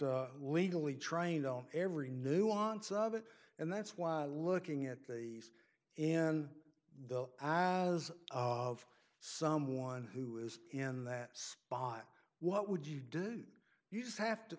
legally trained on every nuance of it and that's why looking at the and the as of someone who is in that spot what would you do you just have to